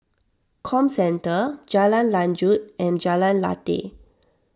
Comcentre Jalan Lanjut and Jalan Lateh